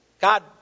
God